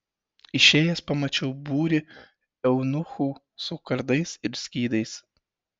išėjęs pamačiau būrį eunuchų su kardais ir skydais